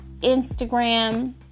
instagram